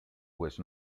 was